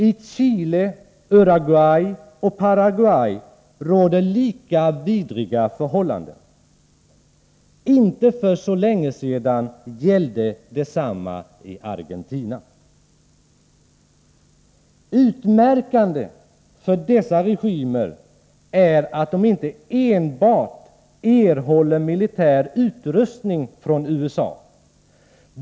I Chile, Uruguay och Paraguay råder lika vidriga förhållanden. För inte så länge sedan gällde detsamma i Argentina. Utmärkande för dessa regimer är att de inte enbart erhåller militär utrustning från USA.